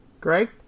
Greg